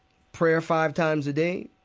prayer five times a day.